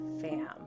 fam